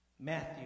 Matthew